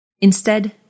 Instead